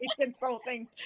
consulting